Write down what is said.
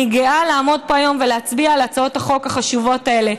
אני גאה לעמוד פה היום ולהצביע על הצעות החוק החשובות האלה.